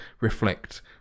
reflect